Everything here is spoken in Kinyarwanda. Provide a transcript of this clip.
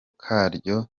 karyo